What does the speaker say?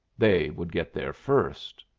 they would get there first.